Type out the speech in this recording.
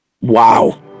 wow